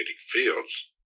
fields